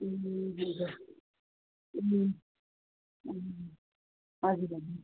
ए हजुर ए ए हजुर हजुर